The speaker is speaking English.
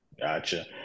Gotcha